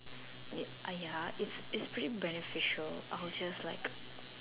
ya ah ya it's it's pretty beneficial I'll just like